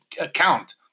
account